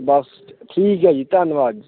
ਬਸ ਠ ਠੀਕ ਹੈ ਜੀ ਧੰਨਵਾਦ